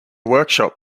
workshop